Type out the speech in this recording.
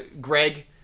Greg